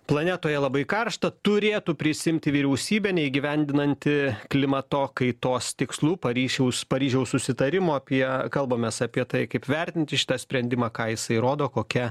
planetoje labai karšta turėtų prisiimti vyriausybė neįgyvendinanti klimato kaitos tikslų paryžiaus paryžiaus susitarimo apie kalbamės apie tai kaip vertinti šitą sprendimą ką jisai rodo kokia